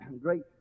great